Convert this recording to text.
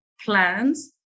plans